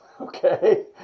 Okay